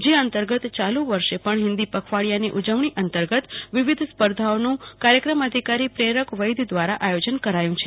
જે અંતર્ગત ચાલુ વર્ષે પણ હિન્દી પખવાડીયાની ઉજવણી અંતર્ગત વિવિધ સ્પર્ધાઓનું કાર્યક્રમ અધિકારી પ્રેરક વૈદ્ય દ્વારા આયોજન કરાયું છે